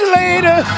later